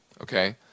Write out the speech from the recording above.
okay